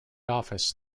office